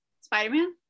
spider-man